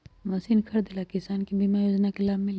Machine खरीदे ले किसान के बीमा योजना के लाभ मिली?